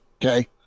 okay